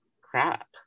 crap